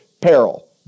peril